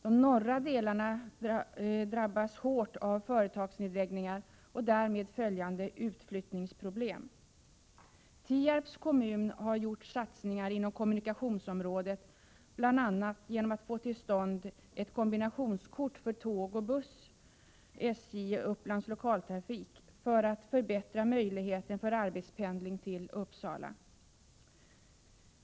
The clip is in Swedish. De norra delarna drabbas hårt av företagsnedläggningar och därmed följande utflyttningsproblem. Tierps kommun har gjort satsningar inom kommunikationsområdet bl.a. genom att få till stånd ett kombinationskort för tåg-buss på SJ och Upplands Lokaltrafik för att förbättra möjligheten till arbetspendling till Uppsala.